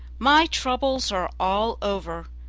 my troubles are all over,